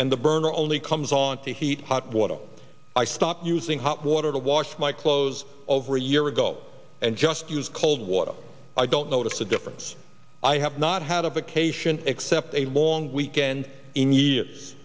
and the burner only comes on to heat hot water i stopped using hot water to wash my clothes over a year ago and just use cold water i don't notice a difference i have not had a vacation except a long weekend in